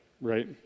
right